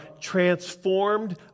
transformed